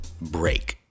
break